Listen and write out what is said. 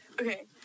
Okay